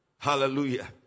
Hallelujah